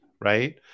right